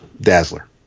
Dazzler